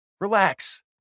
Relax